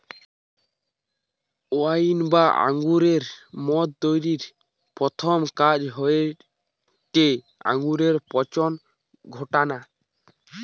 wine বা আঙুরের মদ তৈরির প্রথম কাজ হয়টে আঙুরে পচন ঘটানা